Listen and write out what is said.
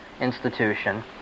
institution